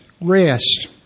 rest